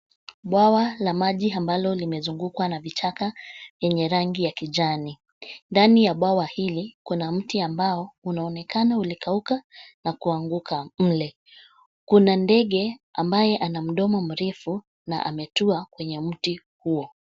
Bwawa la maji ambalo limezungukwa na vichaka, yenye rangi ya kijani, ndani ya bwawa hili, kuna mti ambao, unaonekana ulikauka, na kuanguka, mle, kuna ndege, ambaye, ana mdomo mrefu na ametua kwenye mti huo.